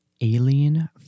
alien